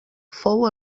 fou